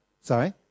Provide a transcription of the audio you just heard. Sorry